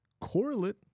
correlate